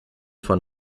von